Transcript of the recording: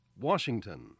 Washington